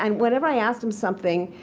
and whenever i asked him something,